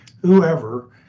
whoever